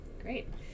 Great